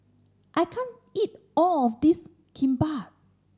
I can't eat all of this Kimbap